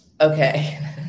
Okay